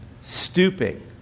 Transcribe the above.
stooping